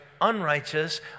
unrighteous